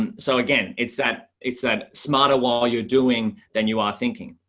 and so again, it's that it's a smarter while you're doing than you are thinking.